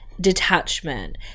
detachment